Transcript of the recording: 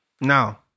Now